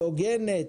הוגנת,